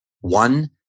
one